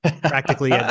practically